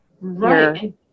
Right